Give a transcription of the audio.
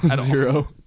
Zero